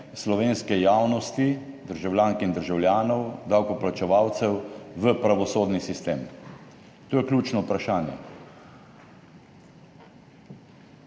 slovenske javnosti, državljank in državljanov, davkoplačevalcev v pravosodni sistem. To je ključno vprašanje.